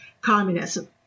communism